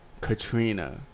Katrina